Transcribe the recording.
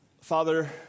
Father